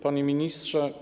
Panie Ministrze!